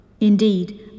Indeed